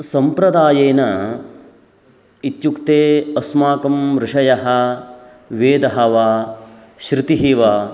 सम्प्रदायेन इत्युक्ते अस्माकं ऋषयः वेदः वा श्रुतिः वा